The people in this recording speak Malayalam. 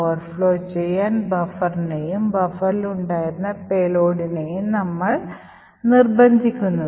ഓവർഫ്ലോ ചെയ്യാൻ ബഫറിനേയും ബഫറിൽ ഉണ്ടായിരുന്ന പേലോഡിനേയും നമ്മൾ നിർബ്ബന്ധിക്കുന്നു